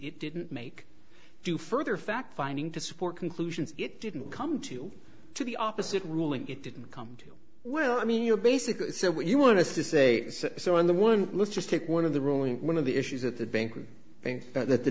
it didn't make do further fact finding to support conclusions it didn't come to the opposite ruling it didn't come to well i mean you're basically said what you want to say so on the one let's just take one of the ruling one of the issues at the bank i think that the